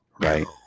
Right